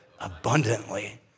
abundantly